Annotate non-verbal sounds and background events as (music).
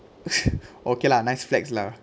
(laughs) okay lah nice flags lah